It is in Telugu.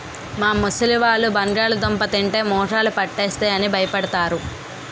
మా ముసలివాళ్ళు బంగాళదుంప తింటే మోకాళ్ళు పట్టేస్తాయి అని భయపడతారు